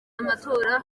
amatora